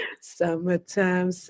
Summertime